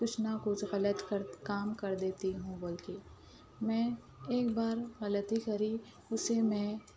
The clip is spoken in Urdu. کچھ نہ کچھ غلط کام کر دیتی ہوں بول کے میں ایک بار غلطی کری اسے میں